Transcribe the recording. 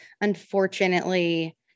Unfortunately